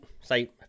say